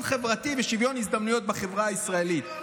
חברתי ושוויון הזדמנויות בחברה הישראלית.